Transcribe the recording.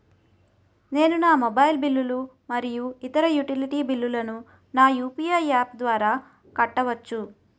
నేను నా మొబైల్ బిల్లులు మరియు ఇతర యుటిలిటీ బిల్లులను నా యు.పి.ఐ యాప్ ద్వారా కట్టవచ్చు